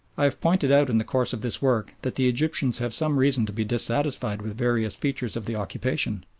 i have pointed out in the course of this work that the egyptians have some reason to be dissatisfied with various features of the occupation.